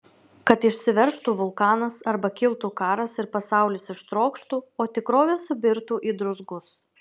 kad išsiveržtų vulkanas arba kiltų karas ir pasaulis ištrokštų o tikrovė subirtų į druzgus